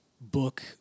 book